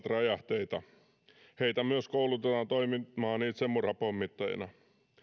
räjähteitä heitä myös koulutetaan toimimaan itsemurhapommittajina